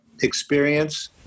experience